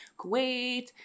Kuwait